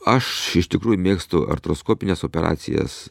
aš iš tikrųjų mėgstu artroskopines operacijas